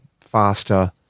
faster